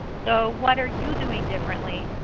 so what are you doing differently,